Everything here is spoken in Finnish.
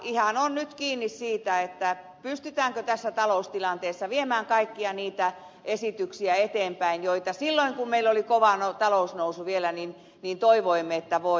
ihan on nyt kiinni siitä pystytäänkö tässä taloustilanteessa viemään kaikkia niitä esityksiä eteenpäin joita silloin kun meillä oli kova talousnousu vielä toivoimme että voi